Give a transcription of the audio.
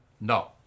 no